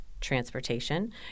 transportation